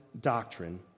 doctrine